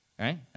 Right